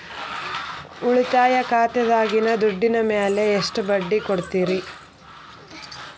ಉಳಿತಾಯ ಖಾತೆದಾಗಿನ ದುಡ್ಡಿನ ಮ್ಯಾಲೆ ಎಷ್ಟ ಬಡ್ಡಿ ಕೊಡ್ತಿರಿ?